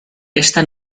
esta